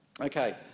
okay